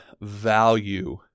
value